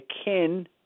akin